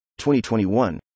2021